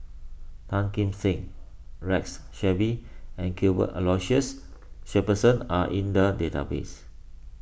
Tan Kim Seng Rex Shelley and Cuthbert Aloysius Shepherdson are in the database